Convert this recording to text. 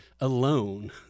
alone